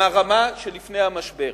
מהרמה של לפני המשבר.